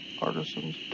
Artisan's